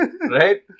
right